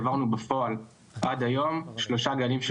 העברנו בפועל עד היום שלושה גלים של